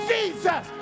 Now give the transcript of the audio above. Jesus